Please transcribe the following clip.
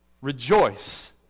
Rejoice